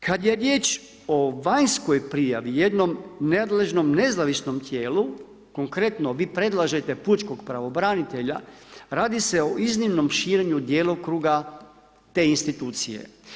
Kada je riječ o vanjskoj prijavi, jednom nadležnom nezavisnom tijelu, konkretno vi predlažete pučkog pravobranitelja radi se o iznimnom širenju djelokruga te institucije.